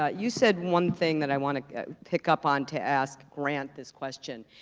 ah you said one thing that i wanna pick up on, to ask grant this question.